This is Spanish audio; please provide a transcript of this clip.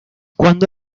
cuando